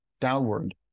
downward